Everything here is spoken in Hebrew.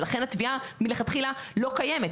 ולכן התביעה מלכתחילה לא קיימת.